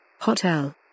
Hotel